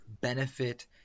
benefit